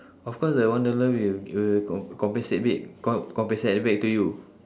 of course the company will will com~ compensate it com~ compensate back to you